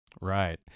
Right